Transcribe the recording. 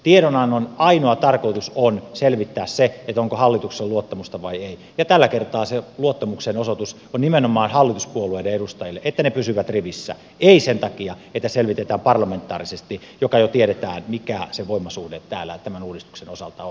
tiedonannon ainoa tarkoitus on selvittää se onko hallituksella luottamusta vai ei ja tällä kertaa se luottamuksen osoitus on nimenomaan hallituspuolueiden edustajille että ne pysyvät rivissä ei sen takia että selvitetään parlamentaarisesti mistä jo tiedetään mikä se voimasuhde täällä tämän uudistuksen osalta on